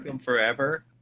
Forever